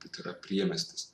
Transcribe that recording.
kad yra priemiestis